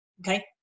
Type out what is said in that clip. Okay